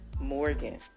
Morgan